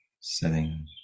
sitting